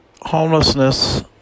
homelessness